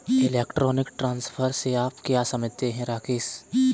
Electronic transfer से आप क्या समझते हैं, राकेश?